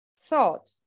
thought